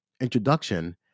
introduction